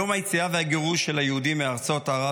יום היציאה והגירוש של היהודים מארצות ערב